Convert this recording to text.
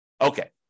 Okay